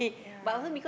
yeah